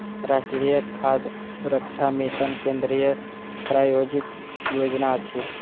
राष्ट्रीय खाद्य सुरक्षा मिशन केंद्रीय प्रायोजित योजना अछि